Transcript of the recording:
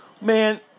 Man